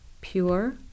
pure